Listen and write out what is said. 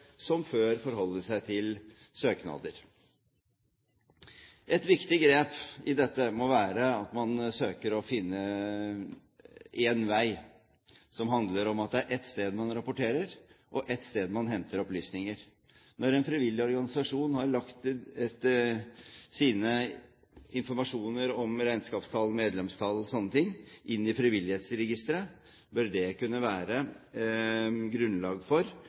som før, forholde seg til søknader. Et viktig grep her må være at man søker å finne én vei, som handler om at det er ett sted man rapporterer til, og ett sted der man henter opplysninger. Når en frivillig organisasjon har lagt sin informasjon om regnskapstall, medlemstall og slike ting inn i frivillighetsregisteret, bør det kunne være grunnlag for